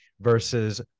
versus